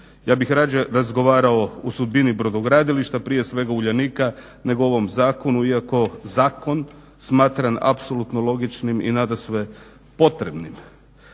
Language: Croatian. Ja bih rađe razgovarao o sudbini brodogradilišta prije svega Uljanika nego o ovom zakonu iako zakon smatram apsolutno logičnim i nadasve potrebnim.